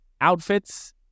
outfits